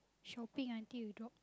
shopping until you drop